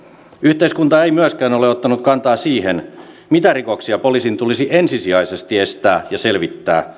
yhteiskunta ei myöskään ole ottanut kantaa siihen mitä rikoksia poliisin tulisi ensisijaisesti estää ja selvittää